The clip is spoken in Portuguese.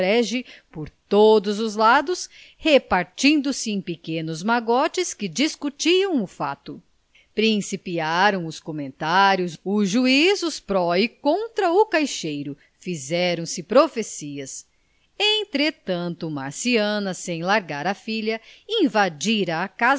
frege por todos os lados repartindo-se em pequenos magotes que discutiam o fato principiaram os comentários os juízos pró e contra o caixeiro fizeram-se profecias entretanto marciana sem largar a filha invadira